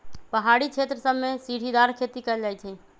पहारी क्षेत्र सभमें सीढ़ीदार खेती कएल जाइ छइ